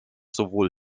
sowohl